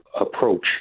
approach